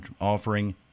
offering